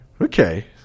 Okay